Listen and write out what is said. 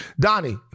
Donnie